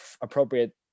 appropriate